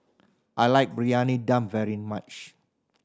I like Briyani Dum very much